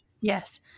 Yes